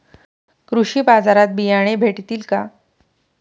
कृषी बाजारात बियाणे भेटतील का?